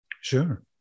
Sure